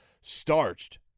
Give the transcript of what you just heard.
starched